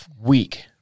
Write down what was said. week